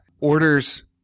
orders